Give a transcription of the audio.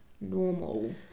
normal